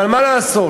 אבל מה לעשות,